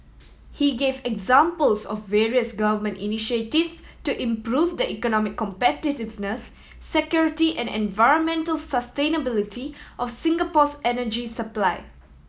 he gave examples of various Government initiatives to improve the economic competitiveness security and environmental sustainability of Singapore's energy supply